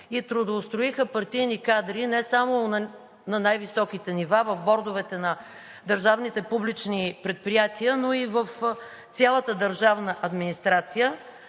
и трудоустроиха партийни кадри не само на най-високите нива в бордовете на държавните публични предприятия, но и в цялата държавна администрация.